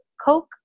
Coke